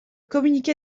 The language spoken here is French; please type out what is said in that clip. communiqué